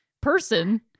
person